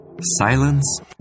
Silence